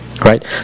Right